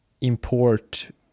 import